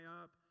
up